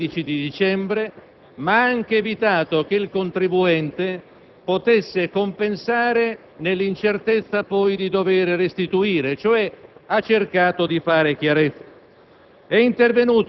Il fatto di non avere innovato dal punto di vista legislativo, limitandosi a dei ritocchi percentuali sulle detrazioni, ha creato il problema che noi oggi dobbiamo affrontare.